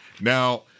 Now